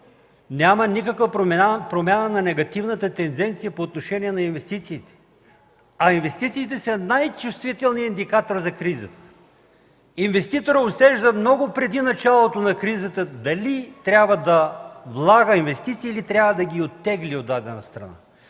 Няма никаква промяна на негативната тенденция по отношение инвестициите, а те са най-чувствителният индикатор за криза. Инвеститорът много преди началото на кризата усеща дали трябва да влага инвестиции, или да ги оттегля от дадена страна.